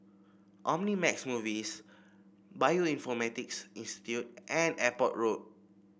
Omnimax Movies Bioinformatics Institute and Airport Road